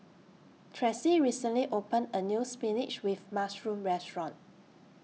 Tressie recently opened A New Spinach with Mushroom Restaurant